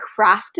crafted